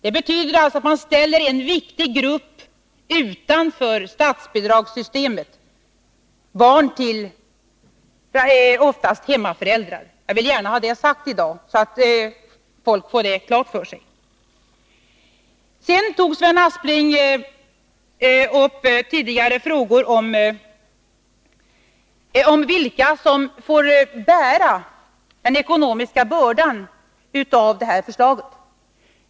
Det betyder alltså att man ställer en viktig grupp utanför statsbidragssystemet, nämligen barn till hemmavarande föräldrar. Jag vill gärna ha detta sagt i dag, så att folk får det klart för sig. Vidare tog Sven Aspling upp tidigare frågor om vilka som får bära den ekonomiska bördan i samband med det här förslaget.